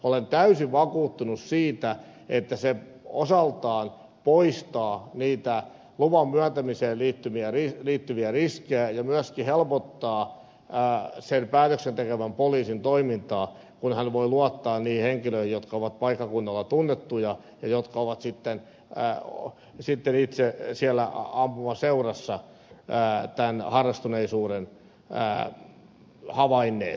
olen täysin vakuuttunut siitä että se osaltaan poistaa niitä luvan myöntämiseen liittyviä riskejä ja myöskin helpottaa sen päätöksen tekevän poliisin toimintaa kun hän voi luottaa niihin henkilöihin jotka ovat paikkakunnalla tunnettuja ja jotka ovat sitten itse siellä ampumaseurassa tämän harrastuneisuuden havainneet